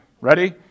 Ready